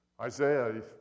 Isaiah